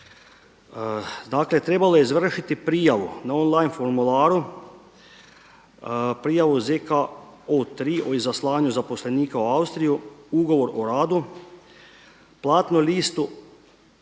Dakle, trebalo je izvršiti prijavu na on-line formularu, prijavu na ZKO3 o izaslanju zaposlenika u Austriju, ugovor o radu, platnu listu,